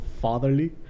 fatherly